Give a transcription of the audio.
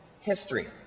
history